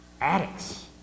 addicts